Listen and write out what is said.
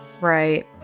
right